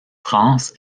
france